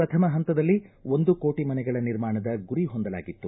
ಪ್ರಥಮ ಹಂತದಲ್ಲಿ ಒಂದು ಕೋಟಿ ಮನೆಗಳ ನಿರ್ಮಾಣದ ಗುರಿ ಹೊಂದಲಾಗಿತ್ತು